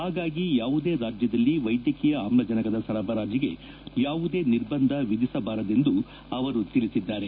ಹಾಗಾಗಿ ಯಾವುದೇ ರಾಜ್ಯದಲ್ಲಿ ವೈದ್ಯಕೀಯ ಆಮ್ಲಜನಕದ ಸರಬರಾಜಿಗೆ ಯಾವುದೇ ನಿರ್ಬಂಧ ವಿಧಿಸಬಾರದೆಂದು ಅವರು ತಿಳಿಸಿದ್ದಾರೆ